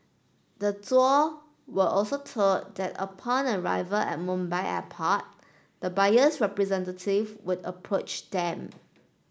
the Duo were also told that upon arrival at Mumbai Airport the buyer's representative would approach them